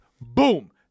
Boom